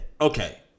Okay